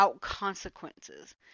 consequences